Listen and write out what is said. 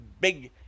big